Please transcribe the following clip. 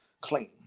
clean